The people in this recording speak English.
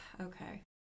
Okay